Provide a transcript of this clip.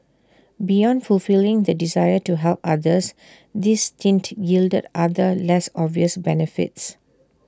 beyond fulfilling the desire to help others this stint yielded other less obvious benefits